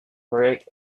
correct